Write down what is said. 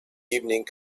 evening